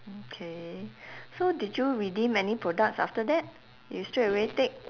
okay so did you redeem any products after that you straightaway take